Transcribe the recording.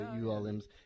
ULM's